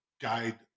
guide